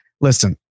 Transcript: listen